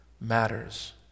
matters